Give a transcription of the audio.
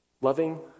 loving